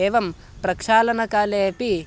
एवं प्रक्षालनकाले अपि